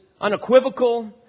unequivocal